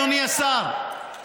אדוני השר,